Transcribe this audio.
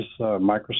Microsoft